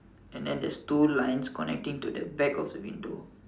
and then there's two lines connecting to the back of the window